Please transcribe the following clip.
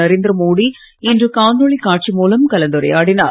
நரேந்திரமோடி இன்று காணொளி காட்சி மூலம் கலந்துரையாடினார்